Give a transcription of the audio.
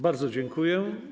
Bardzo dziękuję.